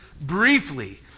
Briefly